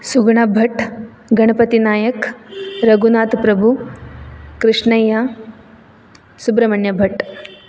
Suguna Bhat Ganapati Nayak Raghunath Prabhu Krishnaiah Subrahmanya Bhat